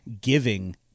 giving